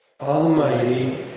Almighty